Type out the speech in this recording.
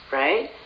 right